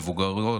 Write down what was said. מבוגרות,